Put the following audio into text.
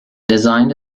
designed